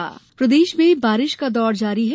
बारिश प्रदेश में बारिश का दौर जारी है